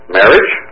marriage